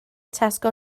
tesco